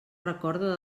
recorda